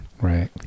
Right